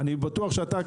אני בטוח שאתה,